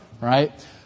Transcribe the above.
right